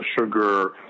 sugar